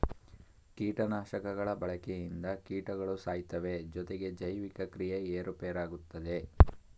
ಕೀಟನಾಶಕಗಳ ಬಳಕೆಯಿಂದ ಕೀಟಗಳು ಸಾಯ್ತವೆ ಜೊತೆಗೆ ಜೈವಿಕ ಕ್ರಿಯೆ ಏರುಪೇರಾಗುತ್ತದೆ